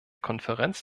konferenz